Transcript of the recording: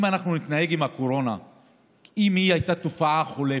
אם היא הייתה תופעה חולפת,